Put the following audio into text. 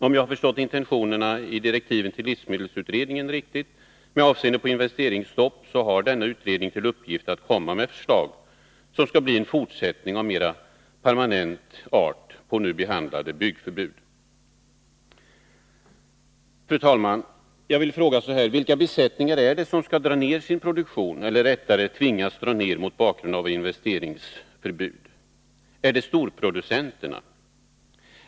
Om jag har förstått intentionerna i direktiven till livsmedelsutredningen riktigt, med avseende på investeringsstopp, har denna utredning till uppgift att komma med ett förslag, som skall bli en fortsättning av mer permanent art på nu behandlade byggförbud. Fru talman! Jag vill fråga: Vilka besättningar är det som skall dra ner sin produktion, eller rättare sagt tvingas dra ner, mot bakgrund av investeringsförbud? Är det storproducenterna?